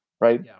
right